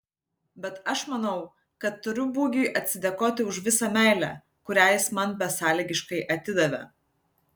bet aš manau kad turiu bugiui atsidėkoti už visą meilę kurią jis man besąlygiškai atidavė